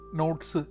notes